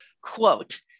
Quote